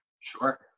Sure